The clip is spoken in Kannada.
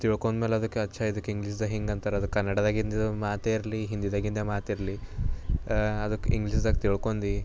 ತಿಳ್ಕೊಂಡ್ಮೇಲೆ ಅದಕ್ಕೆ ಅಚ್ಚ ಇದಕ್ಕೆ ಇಂಗ್ಲೀಷ್ದಾಗ ಹಿಂಗೆ ಅಂತಾರೆ ಅದು ಕನ್ನಡದಾಗಿಂದ ಮಾತೇ ಇರ ಹಿಂದಿದಾಗಿಂದೇ ಮಾತಿರಲಿ ಅದಕ್ಕೆ ಇಂಗ್ಲೀಷ್ದಾಗ ತಿಳ್ಕೊಂಡು